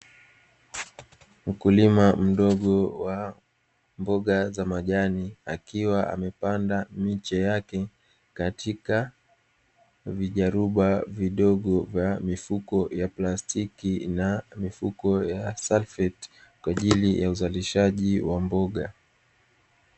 Mkulima mdogo wa mboga za majani akiwa amepanda miche yake katika vijaruba vidogo vya mifuko ya plastiki na mifuko ya salfeti kwa ajili ya uzalishaji wa mboga.